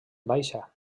baixa